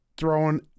throwing